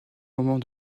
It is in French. moment